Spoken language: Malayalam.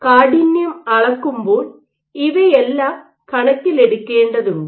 കാഠിന്യം അളക്കുമ്പോൾ ഇവയെല്ലാം കണക്കിലെടുക്കേണ്ടതുണ്ട്